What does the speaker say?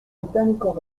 británicos